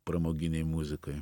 pramoginėj muzikoj